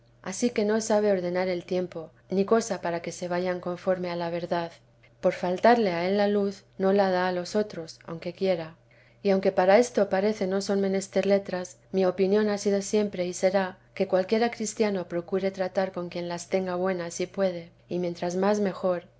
ansí que no sabe ordenar el tiempo ni cosa para que vayan conforme a la verdad por faltarle a él la luz no la da á los otros aunque quiera y aunque para esto parece no son menester letras mi opinión ha sido siempre y será que cualquiera cristiano procure tratar con quien las tenga buenas si puede y mientras más mejor